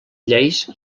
lleis